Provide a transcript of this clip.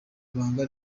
ibanga